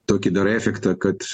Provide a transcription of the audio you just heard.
tokį dar efektą kad